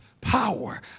power